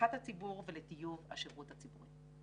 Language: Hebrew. לרווחת הציבור ולטיוב השירות הציבורי.